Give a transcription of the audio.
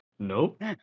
Nope